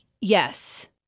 Yes